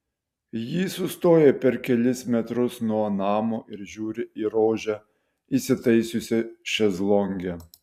ji sustoja per kelis metrus nuo namo ir žiūri į rožę įsitaisiusią šezlonge